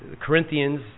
Corinthians